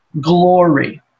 glory